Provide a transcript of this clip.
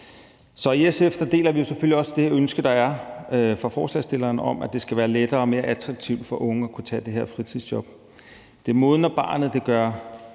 i SF deler vi selvfølgelig også det ønske, der er fra forslagsstillernes side, om, at det skal være lettere og mere attraktivt for unge at kunne tage det her fritidsjob. Det modner barnet, det gør